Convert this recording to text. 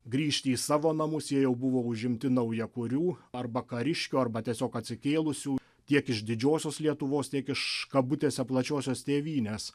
grįžti į savo namus jie jau buvo užimti naujakurių arba kariškių arba tiesiog atsikėlusių tiek iš didžiosios lietuvos tiek iš kabutėse plačiosios tėvynės